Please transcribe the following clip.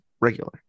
regular